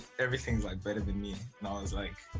everything is like better than me. and i was like.